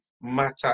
matter